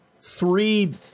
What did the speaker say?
three